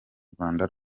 rwanda